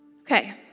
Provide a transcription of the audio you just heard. Okay